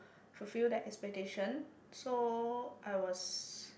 fulfill that expectation so I was